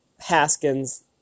Haskins